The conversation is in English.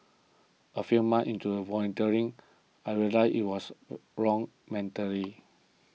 a few months into volunteering I realised it was the wrong